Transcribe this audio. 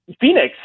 Phoenix